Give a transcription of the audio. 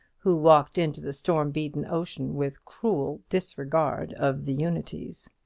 who walked into the storm-beaten ocean with cruel disregard of the unities.